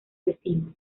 vecinos